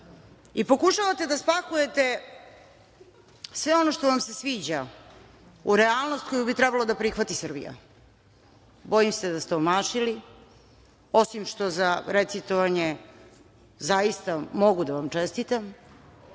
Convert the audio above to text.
naroda. Pokušavate da spakujete sve ono što vam se sviđa u realnost koju bi trebalo da prihvati Srbija. Bojim se da ste omašili, osim što za recitovanje, zaista mogu da vam čestitam.